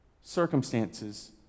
circumstances